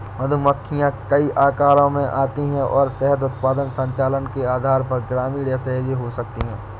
मधुमक्खियां कई आकारों में आती हैं और शहद उत्पादन संचालन के आधार पर ग्रामीण या शहरी हो सकती हैं